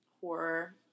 horror